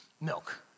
milk